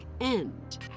end